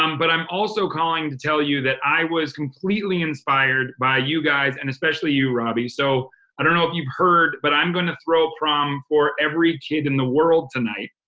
um but i'm also calling to tell you that i was completely inspired by you guys. and especially you, robby, so i don't know if you've heard, but i'm gonna throw from for every kid in the world tonight.